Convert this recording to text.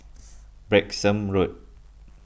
Branksome Road